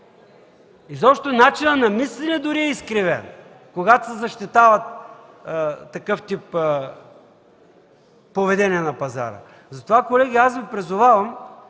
Изобщо начинът на мислене дори е изкривен, когато се защитава такъв тип поведение на пазара. Колеги, аз Ви призовавам